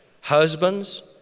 husbands